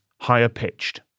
higher-pitched